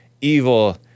Evil